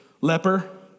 leper